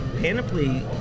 Panoply